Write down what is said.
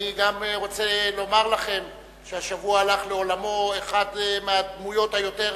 אני גם רוצה לומר לכם שהשבוע הלכה לעולמה אחת מהדמויות היותר